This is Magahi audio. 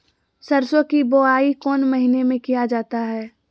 सरसो की बोआई कौन महीने में किया जाता है?